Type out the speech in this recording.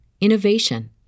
innovation